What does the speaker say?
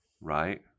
right